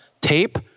tape